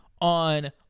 on